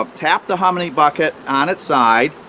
ah tap the honey bucket on its side,